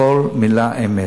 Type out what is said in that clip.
כל מלה אמת.